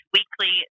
weekly